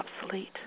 obsolete